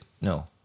No